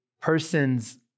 person's